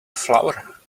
flower